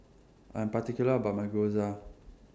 I'm particular about My Gyoza